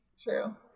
True